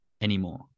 anymore